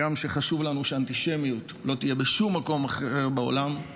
הגם שחשוב לנו שאנטישמיות לא תהיה בשום מקום אחר בעולם,